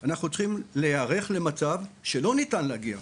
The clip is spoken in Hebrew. והוא שאנחנו צריכים להיערך למצב שלא ניתן להגיע.